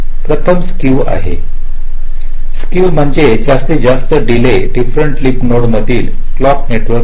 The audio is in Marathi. प्रथम स्केव आहे स्केव म्हणजे जास्तीत जास्त डिले डिफरंट लीफ नोड मधील क्लॉक नेटवर्क आहेत